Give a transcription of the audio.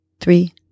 three